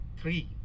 three